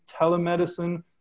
telemedicine